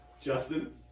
Justin